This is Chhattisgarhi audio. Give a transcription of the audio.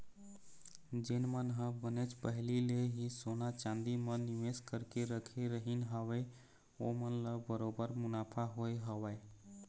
जेन मन ह बनेच पहिली ले ही सोना चांदी म निवेस करके रखे रहिन हवय ओमन ल बरोबर मुनाफा होय हवय